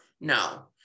no